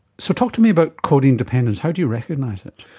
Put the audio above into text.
so talk to me about codeine dependence, how do you recognise it?